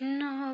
no